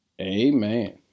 amen